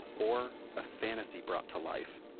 or a fantasy brought to life.